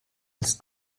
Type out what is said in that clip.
als